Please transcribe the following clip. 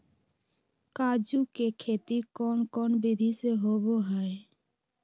काजू के खेती कौन कौन विधि से होबो हय?